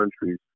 countries